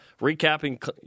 recapping